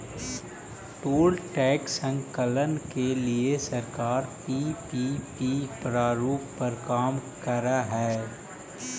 toll tax संकलन के लिए सरकार पीपीपी प्रारूप पर काम करऽ हई